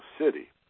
City